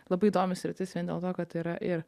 labai įdomi sritis vien dėl to kad tai yra ir